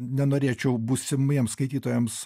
nenorėčiau būsimiems skaitytojams